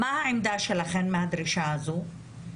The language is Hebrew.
מה העמדה שלכם מהדרישה הזו?